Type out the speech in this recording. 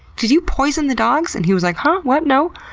did you poison the dogs? and he was like, huh? what? no.